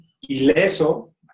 ileso